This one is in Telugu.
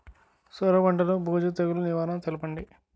సొర పంటలో బూజు తెగులు నివారణ తెలపండి?